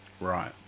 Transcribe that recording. Right